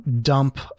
dump